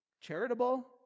charitable